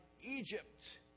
Egypt